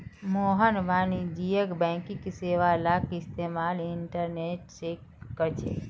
मोहन वाणिज्यिक बैंकिंग सेवालाक इस्तेमाल इंटरनेट से करछे